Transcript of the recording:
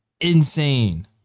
Insane